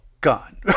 Gone